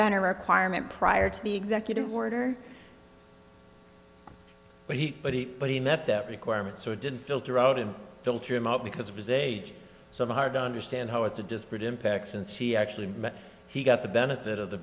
better requirement prior to the executive order but he but he but he met that requirement so it didn't filter out in filter him out because of his age so hard to understand how it's a disparate impact since he actually he got the benefit of the